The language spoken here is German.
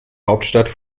hauptstadt